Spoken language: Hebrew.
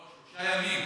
לא, שלושה ימים.